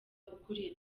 ukuriye